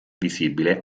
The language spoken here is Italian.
visibile